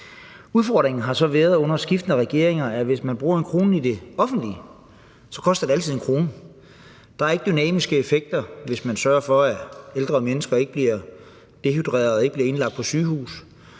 Udfordringen under skiftende regeringer har så været, at hvis man bruger 1 kr. i det offentlige, så koster det altid 1 kr. Der er ikke dynamiske effekter, hvis man sørger for, at ældre mennesker ikke bliver dehydreret og ikke bliver indlagt på sygehuset.